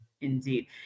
Indeed